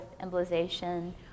embolization